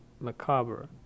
macabre